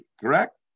Correct